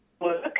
work